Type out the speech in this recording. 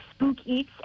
spookeats